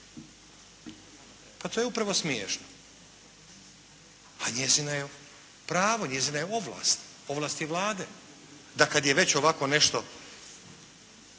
Pa to je upravo smiješno. A njezino je pravo, njezina je ovlast, ovlast je Vlade da kad je već ovako nešto